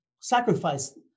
sacrifice